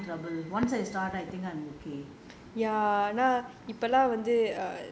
is is just a starting trouble once I start I think I'm okay